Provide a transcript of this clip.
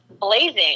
blazing